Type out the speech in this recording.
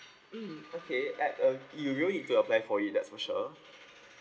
mm okay at uh we'll view into your plan for you that's for sure